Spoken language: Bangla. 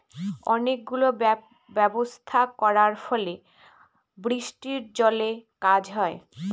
অনেক গুলো ব্যবস্থা করার ফলে বৃষ্টির জলে কাজ হয়